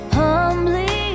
humbly